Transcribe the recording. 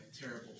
terrible